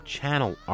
Channel